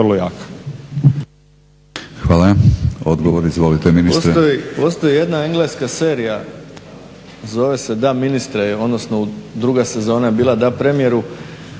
Hvala. Odgovor, izvolite ministre.